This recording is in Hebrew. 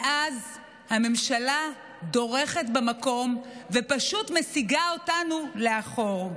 מאז הממשלה דורכת במקום, ופשוט מסיגה אותנו לאחור.